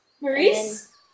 Maurice